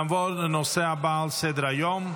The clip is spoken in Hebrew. נעבור לנושא הבא על סדר-היום,